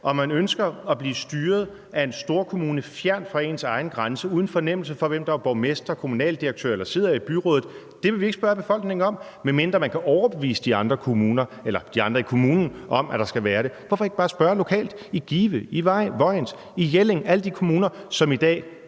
om man ønsker at blive styret af en storkommune fjernt fra ens egen grænse uden fornemmelse for, hvem der er borgmester, kommunaldirektør eller sidder i byrådet, vil vi ikke spørge befolkningen om, medmindre man kan overbevise de andre i kommunen om, at der skal være det. Hvorfor ikke bare spørge lokalt i Give, i Vojens, i Jelling, i alle de kommuner, som i dag